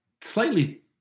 slightly